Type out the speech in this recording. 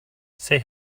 say